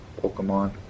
Pokemon